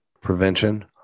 prevention